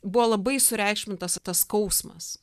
buvo labai sureikšmintas tas skausmas